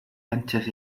anchas